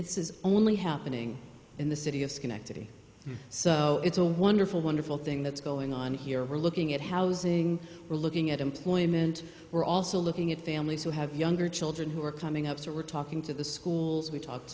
is only happening in the city of schenectady so it's a wonderful wonderful thing that's going on here we're looking at housing we're looking at employment we're also looking at families who have younger children who are coming up so we're talking to the schools we talk